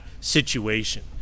situation